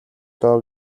доо